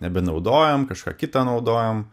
nebe naudojam kažką kitą naudojam